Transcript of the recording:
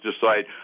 decide